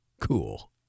Cool